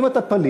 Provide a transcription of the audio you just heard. אם אתה פליט,